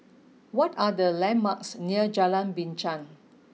what are the landmarks near Jalan Binchang